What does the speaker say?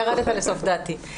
ירדת לסוף דעתי.